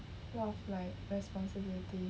a lot of like responsibility